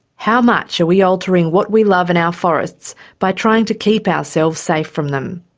how much are we altering what we love in our forests by trying to keep ourselves safe from them?